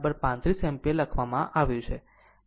I 35 ampere આપવામાં આવ્યું છે